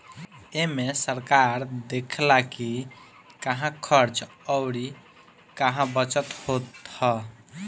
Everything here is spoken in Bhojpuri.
एमे सरकार देखऽला कि कहां खर्च अउर कहा बचत होत हअ